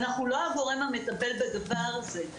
אנחנו לא הגורם המטפל בדבר הזה.